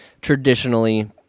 traditionally